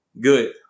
good